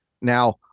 Now